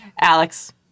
Alex